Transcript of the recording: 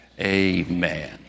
Amen